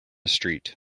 street